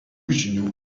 žinių